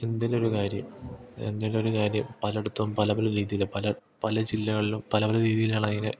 എന്തെങ്കിലുമൊരു കാര്യം എന്തെങ്കിലുമൊരു കാര്യം പലടയിത്തും പല പല രീതിയിൽ പല പല ജില്ലകളിലും പല പല രീതിയിലാണ് അതിനെ